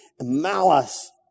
malice